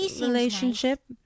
relationship